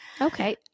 Okay